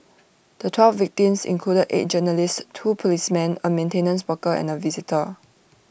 the twelve victims included eight journalists two policemen A maintenance worker and A visitor